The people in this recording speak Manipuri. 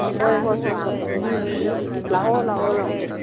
ꯍꯣꯏ ꯍꯣꯏ ꯍꯣꯏ ꯍꯣꯏ ꯂꯥꯛꯑꯣ ꯂꯥꯛꯑꯣ ꯂꯥꯛꯑꯣ